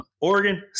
Oregon